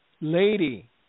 Lady